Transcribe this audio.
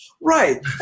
Right